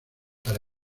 para